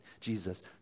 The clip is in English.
Jesus